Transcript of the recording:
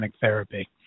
therapy